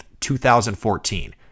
2014